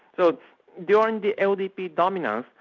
so during the ldp dominance,